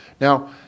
now